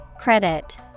Credit